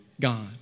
God